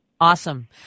Awesome